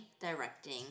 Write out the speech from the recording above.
directing